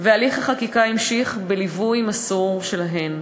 והליך החקיקה נמשך בליווי מסור שלהן.